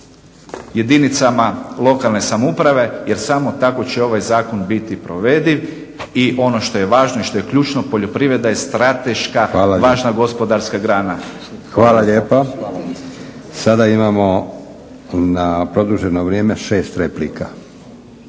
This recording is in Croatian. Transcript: jedinicama lokalne samouprave jer samo tako će ovaj zakon biti provediv. I ono što je važno i što je ključno poljoprivreda je strateška važna gospodarska grana. **Leko, Josip (SDP)** Hvala lijepa. Sada imamo na produženo vrijeme šest replika.